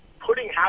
putting